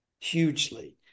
hugely